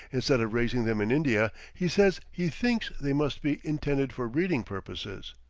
instead of raising them in india, he says he thinks they must be intended for breeding purposes.